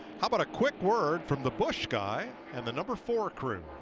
how about a quick word from the busch guy and the number four crew?